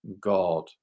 God